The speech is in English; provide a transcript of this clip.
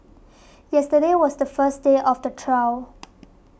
yesterday was the first day of the trial